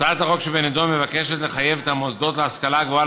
הצעת החוק שבנדון מבקשת לחייב את המוסדות להשכלה גבוהה